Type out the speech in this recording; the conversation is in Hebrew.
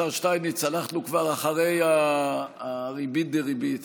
השר שטייניץ, אנחנו כבר אחרי הריבית דריבית.